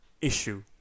issue